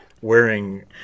wearing